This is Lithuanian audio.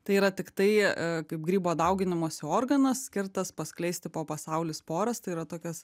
tai yra tiktai kaip grybo dauginimosi organas skirtas paskleisti po pasaulį sporas tai yra tokias